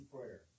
prayer